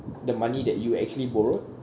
the money that you actually borrowed